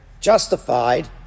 justified